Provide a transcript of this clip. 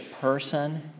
person